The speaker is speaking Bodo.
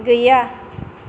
गैया